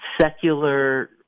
secular